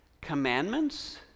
commandments